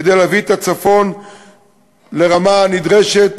כדי להביא את הצפון לרמה הנדרשת,